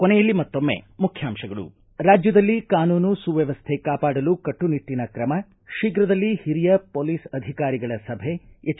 ಕೊನೆಯಲ್ಲಿ ಮತ್ತೊಮ್ಮೆ ಮುಖ್ಯಾಂಶಗಳು ರಾಜ್ಯದಲ್ಲಿ ಕಾನೂನು ಸುವ್ನವಸ್ಥೆ ಕಾಪಾಡಲು ಕಟ್ಟುನಿಟ್ಟನ ಕ್ರಮ ಶೀಘ್ರದಲ್ಲಿ ಹಿರಿಯ ಪೊಲೀಸ್ ಅಧಿಕಾರಿಗಳ ಸಭೆ ಎಚ್